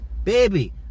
Baby